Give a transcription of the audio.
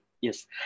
Yes